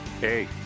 Hey